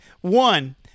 One